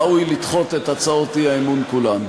ראוי לדחות את הצעות האי-אמון כולן.